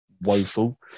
woeful